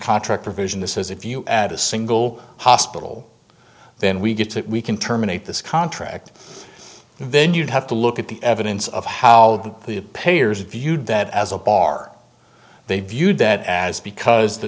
contract provision that says if you add a single hospital then we get to we can terminate this contract then you'd have to look at the evidence of how the payers viewed that as a bar they viewed that as because the